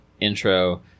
intro